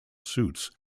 suits